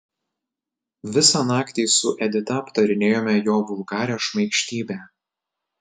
visą naktį su edita aptarinėjome jo vulgarią šmaikštybę